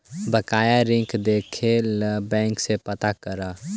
बकाया ऋण देखे ला बैंक से पता करअ